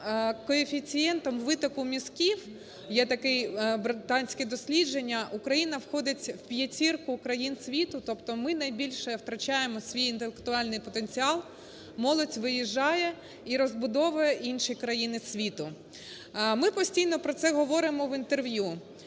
коефіцієнтом "витоку мізків", є таке британське дослідження, Україна входить в п'ятірку країн світу, тобто ми найбільше втрачаємо свій інтелектуальний потенціал, молодь виїжджає і розбудовує інші країни світу. Ми постійно про це говоримо в інтерв'ю,